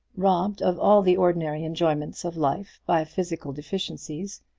robbed of all the ordinary enjoyments of life by physical deficiencies,